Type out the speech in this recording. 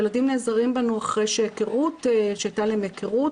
ילדים נעזרים בנו אחרי שהייתה להם היכרות,